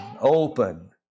open